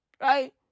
Right